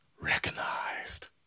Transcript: recognized